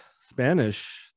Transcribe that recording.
Spanish